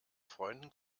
freunden